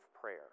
prayer